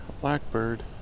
blackbird